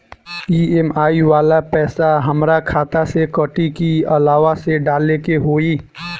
EMI वाला पैसा हाम्रा खाता से कटी की अलावा से डाले के होई?